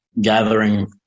gathering